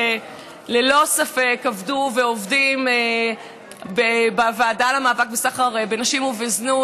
שללא ספק עבדו ועובדים בוועדה למאבק בסחר בנשים ובזנות,